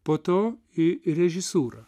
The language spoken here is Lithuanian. po to į režisūrą